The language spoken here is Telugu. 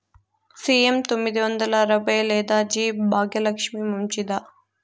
సి.ఎం తొమ్మిది వందల అరవై లేదా జి భాగ్యలక్ష్మి మంచిదా?